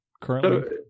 currently